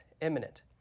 imminent